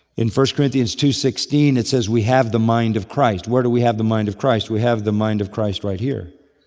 in one corinthians two sixteen it says, we have the mind of christ. where do we have the mind of christ? we have the mind of christ right here.